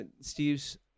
Steve's